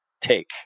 take